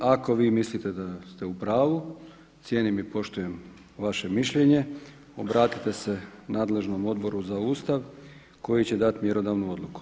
Ako vi mislite da ste u pravu, cijenim i poštujem vaše mišljenje, obratite se nadležnom Odboru za Ustav koji će dati mjerodavnu odluku.